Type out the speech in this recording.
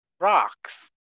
rocks